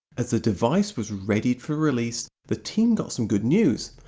as the device was readied for release the team got some good news.